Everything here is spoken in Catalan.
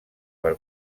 per